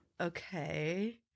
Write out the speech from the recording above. Okay